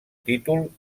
títol